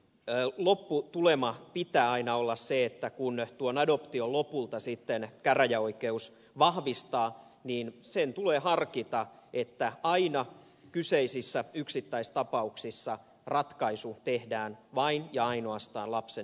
kuitenkin lopputuleman pitää aina olla se että kun tuon adoption lopulta sitten käräjäoikeus vahvistaa niin sen tulee harkita että kyseisissä yksittäistapauksissa ratkaisu tehdään vain ja ainoastaan lapsen